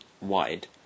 wide